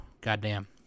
goddamn